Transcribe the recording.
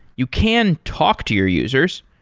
you can talk to your users.